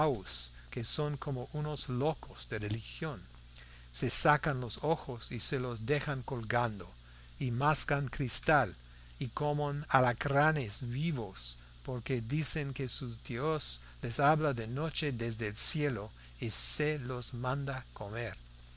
que son como unos locos de religión se sacan los ojos y se los dejan colgando y mascan cristal y comen alacranes vivos porque dicen que su dios les habla de noche desde el cielo y se los manda comer